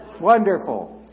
wonderful